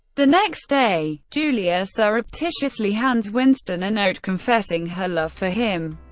the next day, julia surreptitiously hands winston a note confessing her love for him.